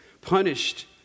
punished